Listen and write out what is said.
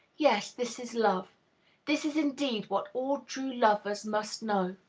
yes, this is love this is, indeed, what all true lovers must know.